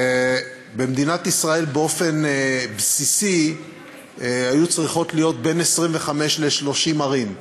במדינת ישראל באופן בסיסי היו צריכות להיות בין 25 ל-30 ערים.